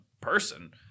person